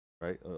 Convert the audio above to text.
Right